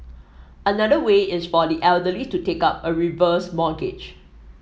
another way is for the elderly to take up a reverse mortgage